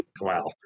Wow